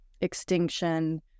extinction